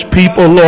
people